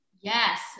Yes